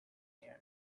here